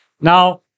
Now